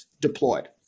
deployed